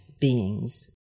beings